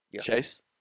Chase